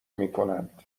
میکنند